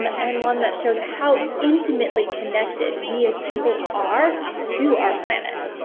and one that shows how intimately connected we as people are to our planet.